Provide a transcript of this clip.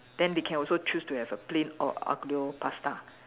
then they can also choose to have a plain o~ Aglio pasta